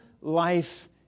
life